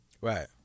right